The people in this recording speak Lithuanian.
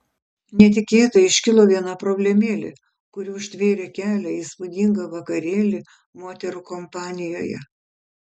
netikėtai iškilo viena problemėlė kuri užtvėrė kelią į įspūdingą vakarėlį moterų kompanijoje